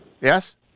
Yes